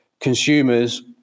consumers